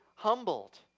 humbled